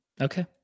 Okay